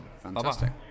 fantastic